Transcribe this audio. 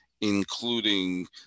including